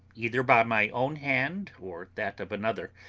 either by my own hand or that of another,